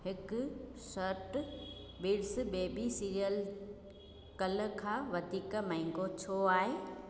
हिकु सठ bits baby cereal कल्ह खां वधीक महांगो छो आहे